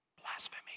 Blasphemy